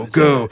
go